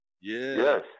Yes